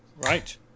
Right